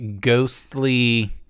ghostly